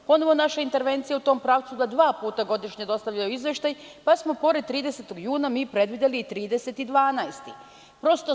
Ponovo je naša intervencija u tom pravcu da dva puta godišnje dostavljaju izveštaj, pa smo pored 30. juna predvideli i 30. decembar.